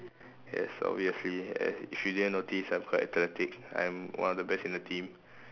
yes obviously eh if you didn't notice I'm quite athletic I'm one of the best in the team